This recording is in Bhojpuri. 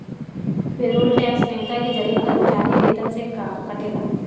पेरोल टैक्स न्योता के जरिए कर्मचारी वेतन से कटेला